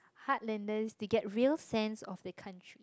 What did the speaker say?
heartlanders they get real sense of the country